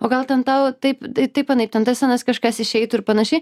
o gal ten tau taip taip anaip ten tas anas kažkas išeitų ir panašiai